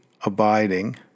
abiding